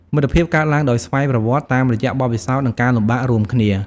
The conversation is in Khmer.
មិត្តភាពកើតឡើងដោយស្វ័យប្រវត្តិតាមរយៈបទពិសោធន៍ និងការលំបាករួមគ្នា។